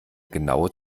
genaue